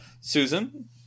Susan